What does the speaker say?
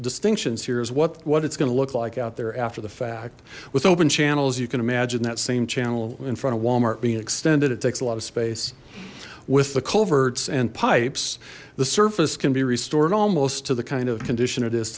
distinctions here's what what it's going to look like out there after the fact with open channels you can imagine that same channel in front of walmart being extended it takes a lot of space with the culverts and pipes the surface can be restored almost to the kind of condition it is